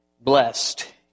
Blessed